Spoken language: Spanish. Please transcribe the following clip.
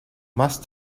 más